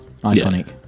Iconic